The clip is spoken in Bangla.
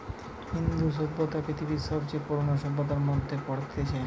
ইন্দু সভ্যতা পৃথিবীর সবচে পুরোনো সভ্যতার মধ্যে পড়তিছে